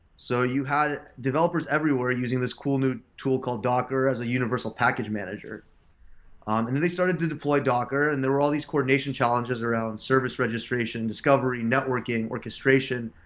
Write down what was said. so you had developers everywhere using this cool new tool called docker as a universal package manager um and then they started to deploy docker and then there were all these coordination challenges around service registration, discovery, networking, orchestration.